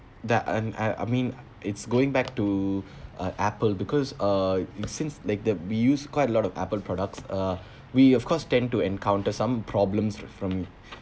that and and I mean it's going back to uh Apple because uh since like the we used quite a lot of Apple products uh we of course tend to encounter some problems from from